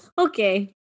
Okay